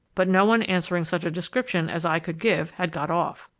but no one answering such description as i could give had got off.